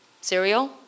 cereal